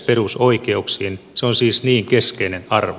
se on siis niin keskeinen arvo